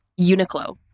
Uniqlo